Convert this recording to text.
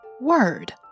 word